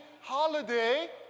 holiday